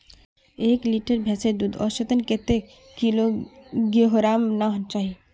एक लीटर भैंसेर दूध औसतन कतेक किलोग्होराम ना चही?